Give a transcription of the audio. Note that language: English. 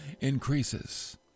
increases